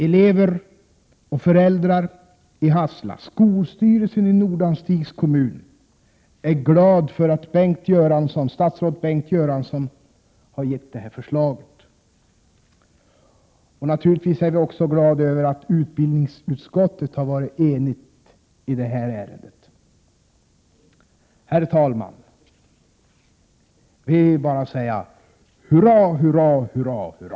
Elever och föräldrar i Hassela, skolstyrelsen i Nordanstigs kommun är glada för att statsrådet Bengt Göransson har lämnat detta förslag. Naturligtvis är vi också glada över att utbildningsutskottet har varit enigt i detta ärende. Herr talman! Jag vill bara säga: Hurra, hurra, hurra, hurra!